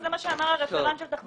זה מה שאמר רפרנט התחבורה.